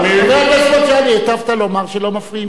היטבת לומר שלא מפריעים כשמדברים מהצד.